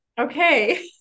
Okay